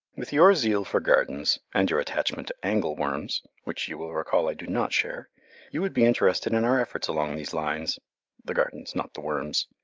with your zeal for gardens, and your attachment to angle-worms which you will recall i do not share you would be interested in our efforts along these lines the gardens, not the worms.